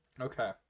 Okay